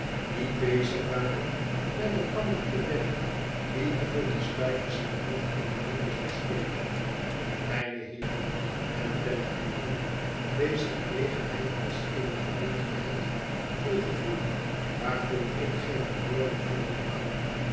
die bezig waren met elkander te wedden wie er voor een stuiver zijn hoofd in de modder zou steken mijne heeren en bella en john deze gelegenheid is eene gelegenheid vol gevoel waarvoor ik geene woorden vinden kan